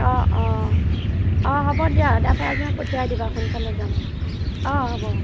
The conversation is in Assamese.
অঁ অঁ অঁ হ'ব দিয়া ড্ৰাইভাৰজনক পঠিয়াই দিবা সোনকালে যাম অঁ হ'ব অঁ